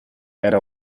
era